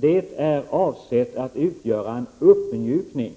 Det är avsett att utgöra en uppmjukning